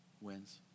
wins